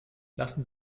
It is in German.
lassen